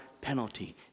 penalty